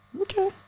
Okay